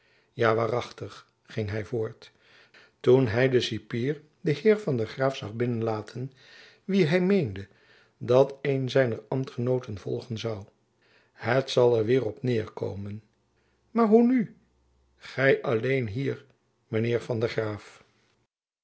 ja waarachtig ging hy voort toen hy den cipier den heer van der graef zag binnen laten wien hy meende dat een zijner ambtgenooten volgen zoû het zal er weêr op neêrkomen maar hoe nu gy alleen hier mijn heer van der graef